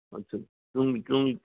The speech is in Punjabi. ਅੱਛਾ ਜੀ